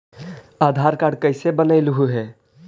आधार card कईसे बनैलहु हे?